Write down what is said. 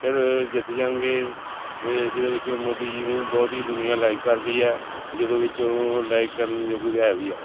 ਫਿਰ ਜਿੱਤ ਜਾਣਗੇ ਅਤੇ ਜਿਹਦੇ ਵਿੱਚੋਂ ਮੋਦੀ ਜੀ ਨੂੰ ਬਹੁਤੀ ਦੁਨੀਆ ਲਾਇਕ ਕਰਦੀ ਹੈ ਜਿਹਦੇ ਵਿੱਚ ਉਹ ਲਾਈਕ ਕਰਨ ਯੋਗ ਹੈ ਵੀ ਹੈ